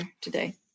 today